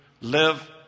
live